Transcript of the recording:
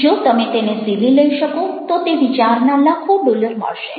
જો તમે તેને ઝીલી લઈ શકો તો તે વિચારના લાખો ડોલર મળશે